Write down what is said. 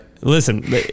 listen